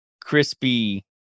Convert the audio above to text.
crispy